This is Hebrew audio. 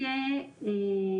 כי יש,